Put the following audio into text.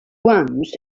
branch